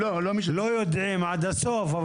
לא יודעים עד הסוף,